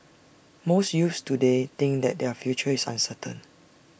most youths today think that their future is uncertain